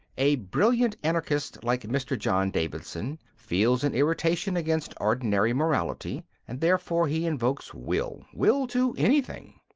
a brilliant anarchist like mr. john davidson feels an irritation against ordinary morality, and therefore he invokes will will to anything.